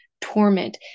torment